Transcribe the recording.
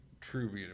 true